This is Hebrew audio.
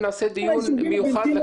שירותים.